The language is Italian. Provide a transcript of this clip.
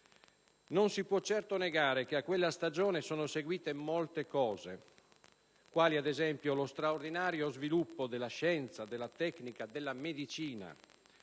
Non si può certo negare che a quella stagione sono seguite molte cose, quali ad esempio lo straordinario sviluppo della scienza, della tecnica, della medicina;